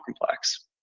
complex